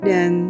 Dan